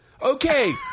okay